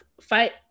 fight